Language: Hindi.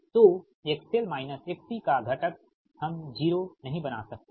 तो XL XC का घटक हम 0 नहीं बना सकते हैं